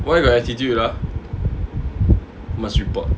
why got attitude ah must report